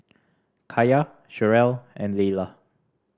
Kaya Cherrelle and Laylah